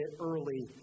early